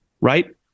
right